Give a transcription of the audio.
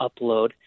upload